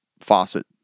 faucet